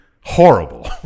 horrible